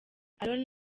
aaron